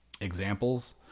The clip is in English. Examples